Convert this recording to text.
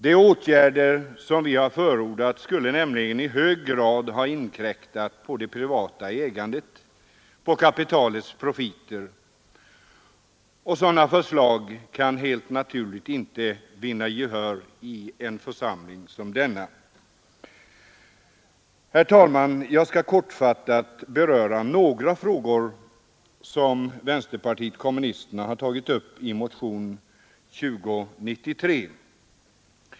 De åtgärder vi förordat skulle nämligen i hög grad inkräkta på det privata ägandet — på kapitalets profit — och sådana förslag kan helt naturligt inte vinna gehör i en församling som denna. Fru talman! Jag skall kortfattat beröra några frågor som vänsterpartiet kommunisterna har tagit upp i motionen 2093.